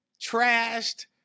trashed